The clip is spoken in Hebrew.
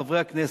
חברי הכנסת,